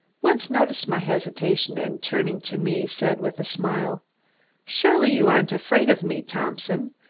woods noticed my hesitation and turning to me said with a smile surely you aren't afraid of me, thompson,